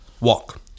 Walk